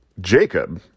Jacob